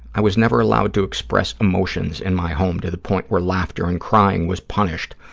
i was never allowed to express emotions in my home, to the point where laughter and crying was punished.